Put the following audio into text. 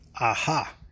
Aha